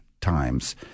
times